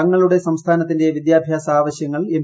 തൃങ്ങളുടെ സംസ്ഥാനത്തിന്റെ വിദ്യാഭ്യാസ ആവശ്യങ്ങൾ എം